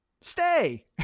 Stay